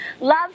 love